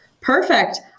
perfect